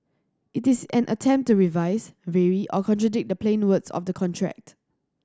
it is an attempt to revise vary or contradict the plain words of the contract